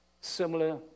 similar